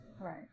Right